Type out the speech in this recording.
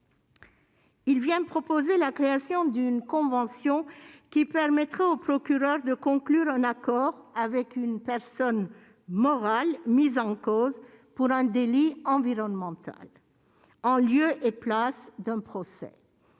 Il tend à créer une convention, qui permettrait au procureur de conclure un accord avec une personne morale mise en cause pour un délit environnemental, en lieu et place d'un procès.